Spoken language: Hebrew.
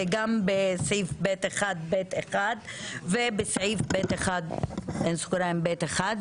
זה בסעיף (ב1)(ב)(1) ובסעיף (ב1)(ב)(1),